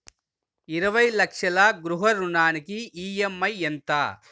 ఇరవై లక్షల గృహ రుణానికి ఈ.ఎం.ఐ ఎంత?